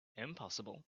impossible